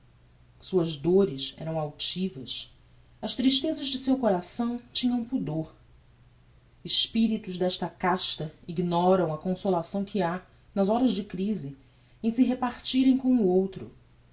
suas dores eram altivas as tristezas de seu coração tinham pudor espiritos desta casta ignoram a consolação que ha nas horas de crise em se repartirem com outro